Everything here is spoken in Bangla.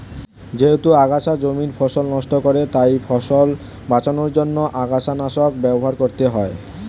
যেহেতু আগাছা জমির ফসল নষ্ট করে তাই ফসল বাঁচানোর জন্য আগাছানাশক ব্যবহার করতে হয়